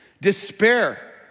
Despair